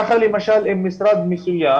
אם משרד למשל,